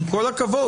עם כל הכבוד,